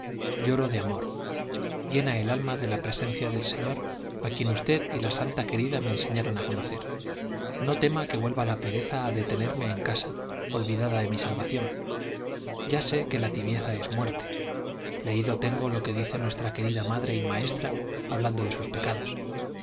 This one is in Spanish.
lloro de amor llena el alma de la presencia del señor a quien usted y la santa querida me enseñaron a conocer no tema que vuelva la pereza a detenerme en casa olvidada de mi salvación ya sé que la tibieza es muerte leído tengo lo que dice nuestra querida madre y maestra hablando de sus pecados